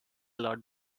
lot